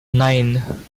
nine